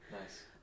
Nice